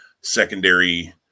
secondary